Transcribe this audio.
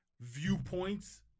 viewpoints